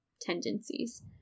tendencies